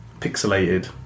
pixelated